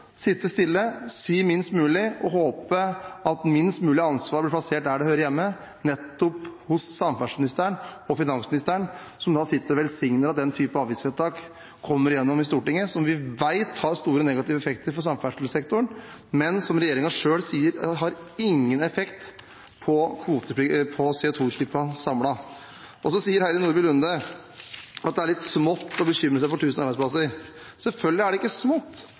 sitte stille, si minst mulig og håpe at minst mulig ansvar blir plassert der det hører hjemme, nettopp hos samferdselsministeren og finansministeren, som sitter og velsigner at den type avgiftsvedtak kommer igjennom i Stortinget, som vi vet har store negative effekter for samferdselssektoren, men som regjeringen selv sier ikke har noen effekt på CO2-utslippene samlet? Og så sier Heidi Nordby Lunde at det er litt smått å bekymre seg om tusen arbeidsplasser. Selvfølgelig er det ikke smått;